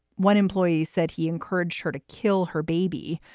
one employee said he encouraged her to kill her baby.